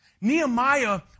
Nehemiah